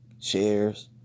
shares